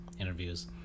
interviews